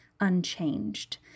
unchanged